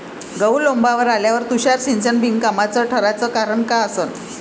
गहू लोम्बावर आल्यावर तुषार सिंचन बिनकामाचं ठराचं कारन का असन?